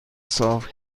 صاف